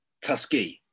Tuskegee